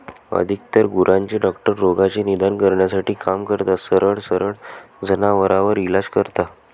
अधिकतर गुरांचे डॉक्टर रोगाचे निदान करण्यासाठी काम करतात, सरळ सरळ जनावरांवर इलाज करता